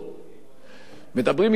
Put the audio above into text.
מדברים אתי על האולפנה,